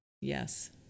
Yes